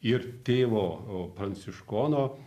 ir tėvo pranciškono